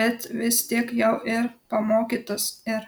bet vis tiek jau ir pamokytas ir